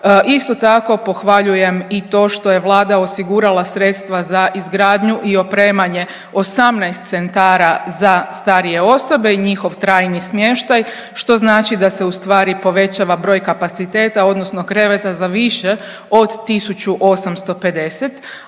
Isto tako pohvaljujem i to što je Vlada osigurala sredstva za izgradnju i opremanje 18 centara za starije osobe i njihov trajni smještaj, što znači da se ustvari povećava broj kapaciteta odnosno kreveta za više od tisuću